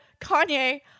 Kanye